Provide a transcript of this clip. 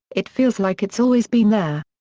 it feels like it's always been there.